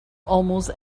almost